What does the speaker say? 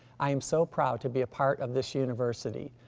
i am so proud to be a part of this university.